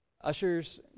Ushers